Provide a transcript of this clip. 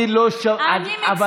אני לא, אבל